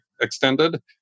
extended